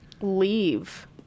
leave